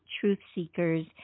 truth-seekers